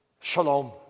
Shalom